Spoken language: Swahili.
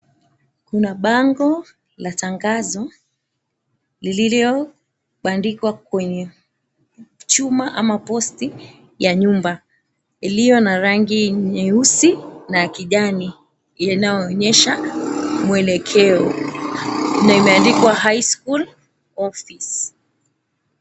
Kuna bango la tangazo, lililo bandikwa kwenye chuma ama posti ya nyumba iliyo na rangi nyeusi na ya kijani inayoonyesha mwelekeo, na imeandikwa, High School Office.